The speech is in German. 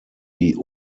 die